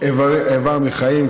איבר מחיים,